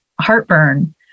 heartburn